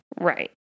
Right